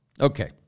okay